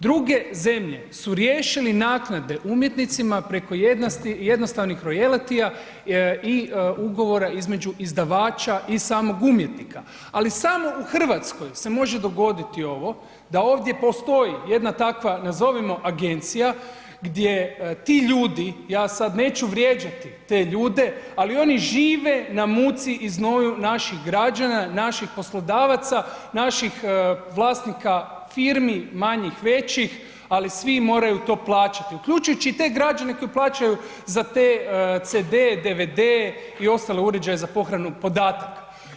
Druge zemlje su riješili naknade umjetnicima preko jednostavnih royaltyja i ugovora između izdavača i samog umjetnika, ali samo u Hrvatskoj se može dogoditi ovo da ovdje postoji jedna takva nazovimo agencija gdje ti ljudi, ja sad neću vrijeđati te ljude, ali oni žive na muci i znoju naših građana, naših poslodavaca, naših vlasnika firmi, manjih, većih, ali svi moraju to plaćati, uključujući i te građane koji plaćaju za te CD-e, DVD-e i ostale uređaje za pohranu podataka.